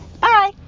Bye